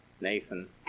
Nathan